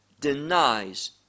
denies